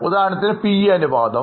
ഉദാഹരണത്തിന് PE അനുപാതം